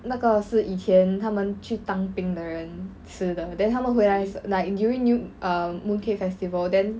那个是以前他们去当兵的人吃的 then 他们回来 like during new um mooncake festival then